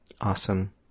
Awesome